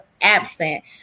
absent